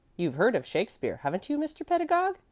you've heard of shakespeare, haven't you, mr. pedagog?